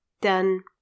done